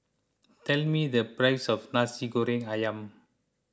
tell me the price of Nasi Goreng Ayam